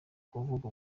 kuvuga